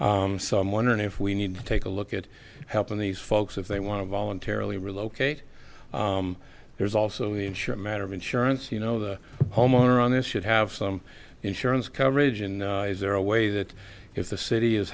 so i'm wondering if we need to take a look at help on these folks if they want to voluntarily relocate there's also ensure a matter of insurance you know the homeowner on this should have some insurance coverage and is there a way that if the city is